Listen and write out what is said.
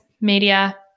media